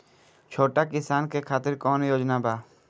छोटा किसान के खातिर कवन योजना बा?